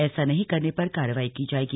ऐसा नहीं करने पर कार्रवाई की जायेगी